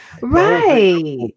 Right